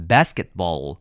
Basketball